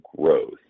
growth